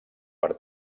per